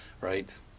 right